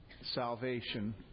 salvation